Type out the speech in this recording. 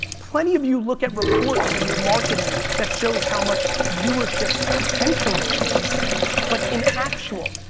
plenty of you look at reports in your marketing that shows how much viewership potential there is but in actual,